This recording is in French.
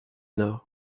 nord